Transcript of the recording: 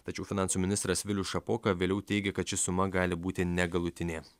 tačiau finansų ministras vilius šapoka vėliau teigė kad ši suma gali būti negalutinė